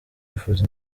yifuza